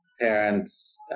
parents